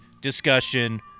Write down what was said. discussion